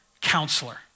counselor